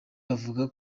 bavuga